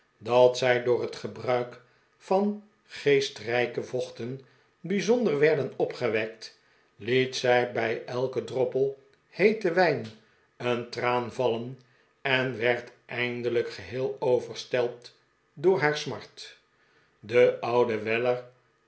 dat zij door het gebruik van geestrijke vochten bijzonder werden opgewekt liet zij bij elken droppel heeten wijn een traan vallen en werd eindelijk geheel overstelpt door haar smart de oude weller